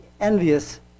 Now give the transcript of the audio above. envious